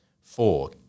Four